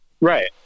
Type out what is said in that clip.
Right